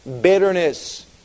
bitterness